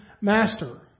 master